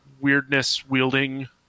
weirdness-wielding